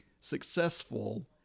successful